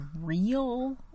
real